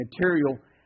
material